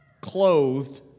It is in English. clothed